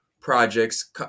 projects